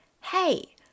hey